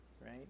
right